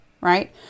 right